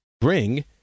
bring